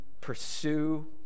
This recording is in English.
pursue